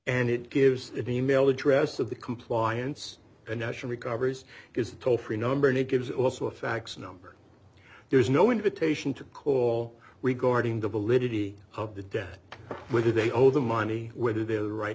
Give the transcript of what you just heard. and it gives an e mail address of the compliance and national recoveries is the toll free number and it gives also a fax number there is no invitation to call regarding the validity of the debt whether they owe the money whether they are right